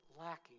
lacking